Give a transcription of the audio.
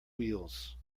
wheels